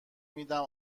میدم